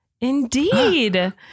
Indeed